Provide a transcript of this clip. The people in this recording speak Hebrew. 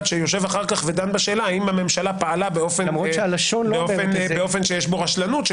שיושב אחר כך ודן בשאלה האם הממשלה פעלה באופן שיש בו רשלנות.